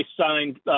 signed